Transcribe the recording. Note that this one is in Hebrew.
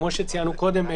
כמו שציינו קודם,